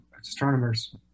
astronomers